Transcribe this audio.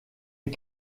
est